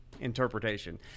interpretation